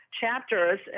chapters